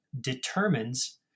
determines